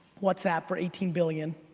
whatsapp for eighteen billion.